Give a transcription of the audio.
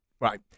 right